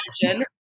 imagine